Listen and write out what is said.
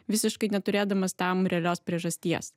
visiškai neturėdamas tam realios priežasties